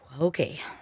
Okay